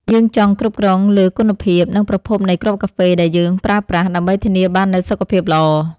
យើងចង់គ្រប់គ្រងលើគុណភាព និងប្រភពនៃគ្រាប់កាហ្វេដែលយើងប្រើប្រាស់ ដើម្បីធានាបាននូវសុខភាពល្អ។